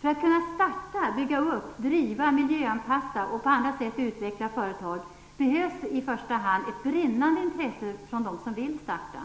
För att kunna starta, bygga upp, driva, mijöanpassa och på andra sätt utveckla företag, behövs i första hand ett brinnande intresse från dem som vill starta.